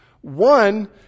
One